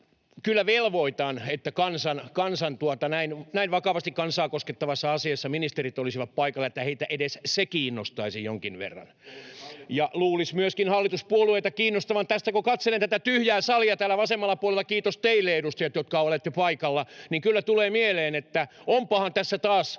kyllä velvoitan, että näin vakavasti kansaa koskettavassa asiassa ministerit olisivat paikalla, että heitä edes se kiinnostaisi jonkin verran. Ja luulisi myöskin hallituspuolueita kiinnostavan. Tästä kun katselen tätä tyhjää salia täällä vasemmalla puolella — kiitos teille, edustajat, jotka olette paikalla — niin kyllä tulee mieleen, että onpahan tässä taas